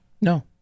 No